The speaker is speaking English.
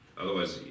Otherwise